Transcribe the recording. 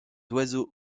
oiseau